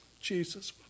Jesus